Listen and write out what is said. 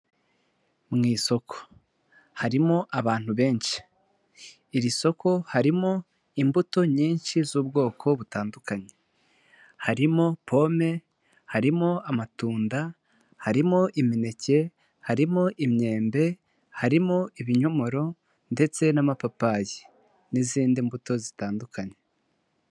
Mu isoko harimo abantu benshi, iri soko harimo imbuto nyinshi z'ubwoko butandukanye harimo pome, harimo amatunda, harimo imineke, harimo imyembe, harimo ibinyomoro ndetse n'amapapayi n'izindi mbuto zitandukanye.